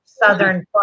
southern